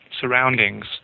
surroundings